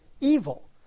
evil